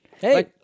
Hey